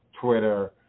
Twitter